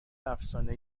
افسانه